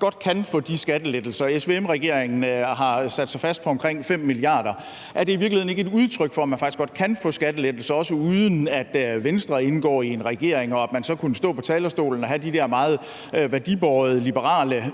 godt kan få de skattelettelser? SVM-regeringen har sat sig fast på omkring 5 mia. kr. Så er det i virkeligheden ikke et udtryk for, at man faktisk godt kan få skattelettelser, også uden at Venstre indgår i en regering og står på talerstolen med de der meget værdibårne liberale